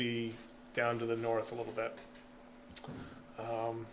be down to the north a little bit